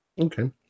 Okay